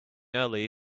early